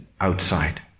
outside